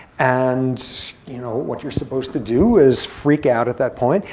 and you know what you're supposed to do is freak out at that point.